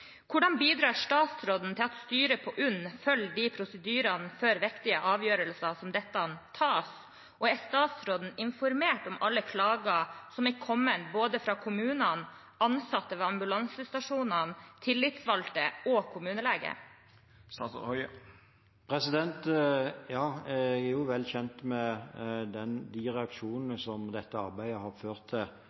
Hvordan bidrar statsråden til at styret ved UNN følger prosedyrene før viktige avgjørelser som dette tas, og er statsråden informert om alle klagene som er kommet, fra både kommunene, ansatte ved ambulansestasjonene, tillitsvalgte og kommunelege? Ja, jeg er vel kjent med de reaksjonene som dette arbeidet har ført til